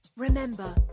Remember